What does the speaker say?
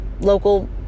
local